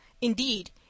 Indeed